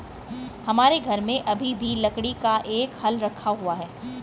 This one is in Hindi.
हमारे घर में अभी भी लकड़ी का एक हल रखा हुआ है